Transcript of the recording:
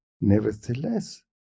nevertheless